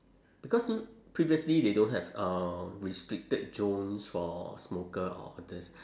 because previously they don't have uh restricted zones for smoker all this